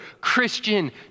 Christian